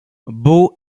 beau